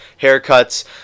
haircuts